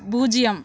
பூஜ்ஜியம்